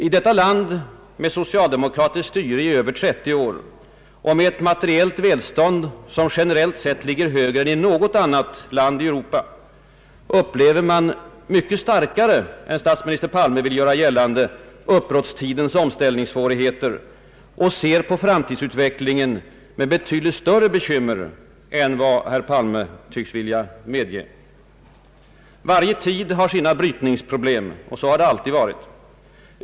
I detta land med socialdemokratiskt styre i över 30 år och med ett materiellt välstånd, som generellt sett ligger högre än i något annat land i Europa, upplever man mycket starkare än vad statsminister Palme vill göra gällande uppbrottstidens omställningssvårigheter och ser på framtidsutvecklingen med betydligt större bekymmer än vad herr Palme tycks vilja medge. Varje tid har sina brytningsproblem, och så har det alltid varit.